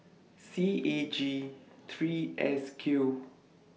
C A G three S Q